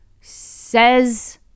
says